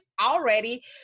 already